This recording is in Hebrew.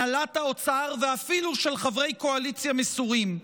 הנהלת האוצר ואפילו של חברי קואליציה מסורים.